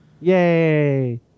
Yay